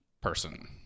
person